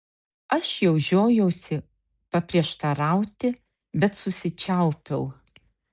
aš jau žiojausi paprieštarauti bet susičiaupiau